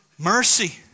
mercy